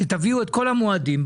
ותביאו את כל המועדים.